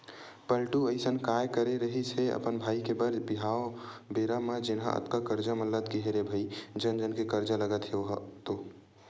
पलटू अइसन काय करे रिहिस हे अपन भाई के बर बिहाव बेरा म जेनहा अतका करजा म लद गे हे रे भई जन जन के करजा लगत हे ओहा तो